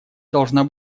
должна